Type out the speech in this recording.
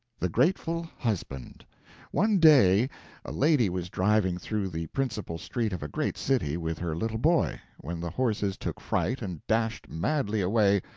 the grateful husband one day a lady was driving through the principal street of a great city with her little boy, when the horses took fright and dashed madly away,